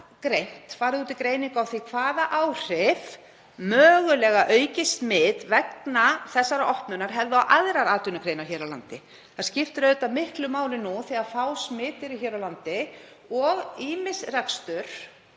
Var farið út í greiningu á því hvaða áhrif mögulegt aukið smit vegna þessarar opnunar hefði á aðrar atvinnugreinar hér á landi? Það skiptir auðvitað miklu máli nú þegar fá smit eru hér á landi og ýmis rekstur